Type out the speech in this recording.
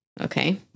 okay